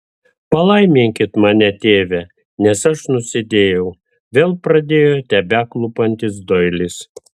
palaiminkit mane tėve nes aš nusidėjau vėl pradėjo tebeklūpantis doilis